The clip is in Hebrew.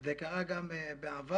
זה קרה גם בעבר,